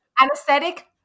Anesthetic